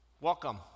welcome